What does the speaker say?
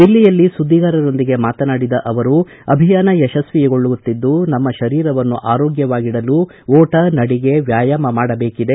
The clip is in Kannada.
ದಿಲ್ಲಿಯಲ್ಲಿ ಸುದ್ಗಿಗಾರರೊಂದಿಗೆ ಮಾತನಾಡಿದ ಅವರು ಅಭಿಯಾನ ಯಶಸ್ವಿಗೊಳ್ಳುತ್ತಿದ್ದು ನಮ್ಮ ಶರೀರವನ್ನು ಆರೋಗ್ಭವಾಗಿಡಲು ಓಟ ನಡಿಗೆ ವ್ಯಾಯಾಮ ಮಾಡಬೇಕದೆ